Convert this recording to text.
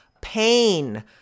pain